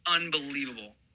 unbelievable